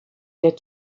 der